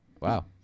wow